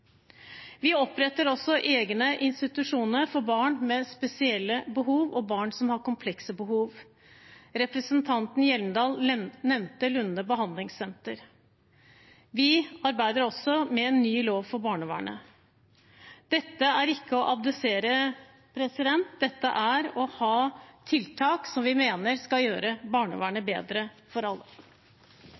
Vi oppretter også egne institusjoner for barn med spesielle behov og barn som har komplekse behov. Representanten Hjemdal nevnte Lunde behandlingssenter. Vi arbeider også med en ny lov for barnevernet. Dette er ikke å abdisere, dette er å ha tiltak som vi mener skal gjøre barnevernet bedre for alle.